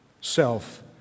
self